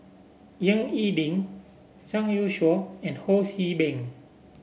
Ying E Ding Zhang Youshuo and Ho See Beng